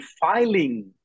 filing